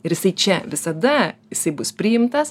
ir jisai čia visada jisai bus priimtas